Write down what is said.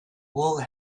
world